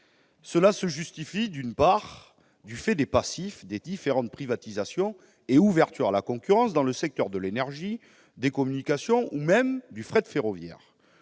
Cela se justifie, d'une part, du fait des passifs des différentes privatisations et ouvertures à la concurrence dans le secteur de l'énergie, des communications ou même du fret ferroviaire.